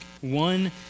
one